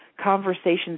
conversations